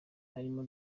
harimo